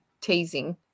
teasing